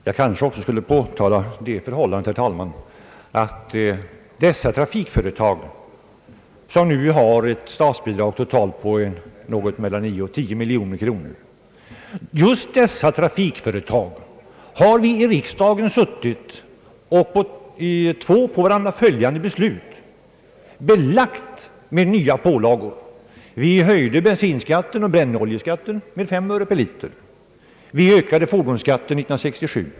Herr talman! Jag skulle kanske också påpeka att de trafikföretag det här gäl ler, som nu har ett statsbidrag på totalt 10 miljoner kronor, har riksdagen genom två på varandra följande beslut belagt med nya pålagor. Vi höjde bensinskatten och brännoljeskatten med 5 öre per liter, och vi ökade fordonsskatten 1967.